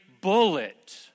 bullet